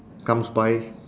comes by